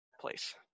place